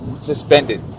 suspended